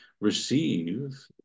receive